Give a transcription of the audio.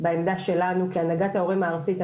בעמדה שלנו כהנהגת ההורים הארצית.